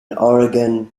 oregon